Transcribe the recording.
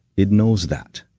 it knows that.